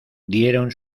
dieron